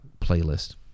playlist